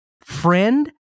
friend